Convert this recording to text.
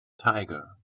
tiger